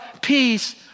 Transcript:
Peace